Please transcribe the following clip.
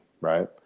right